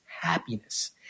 happiness